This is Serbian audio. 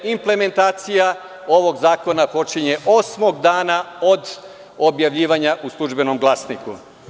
Implementacija ovog zakona počinje osmog dana od objavljivanja u „Službenom glasniku“